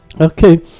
Okay